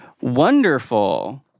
Wonderful